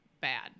bad